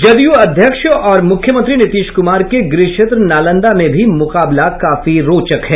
जदयू अध्यक्ष और मुख्यमंत्री नीतीश कुमार के गृह क्षेत्र नालंदा में भी मुकाबला काफी रोचक है